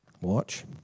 Watch